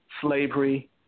slavery